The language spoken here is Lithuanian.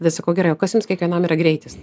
tada sakau gerai kas jums kiekvienam yra greitis